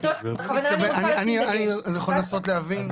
בכוונה אני רוצה לשים דגש.